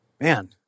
Man